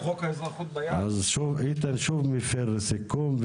איתן שוב מפר סיכום,